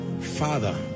Father